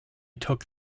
took